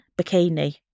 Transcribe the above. bikini